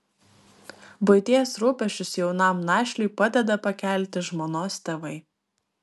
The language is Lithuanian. buities rūpesčius jaunam našliui padeda pakelti žmonos tėvai